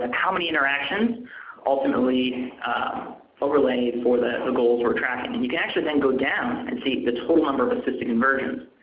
and how many interactions ultimately overlay for the the goals we're tracking. and you can actually then go down and see the total number of assisted conversions.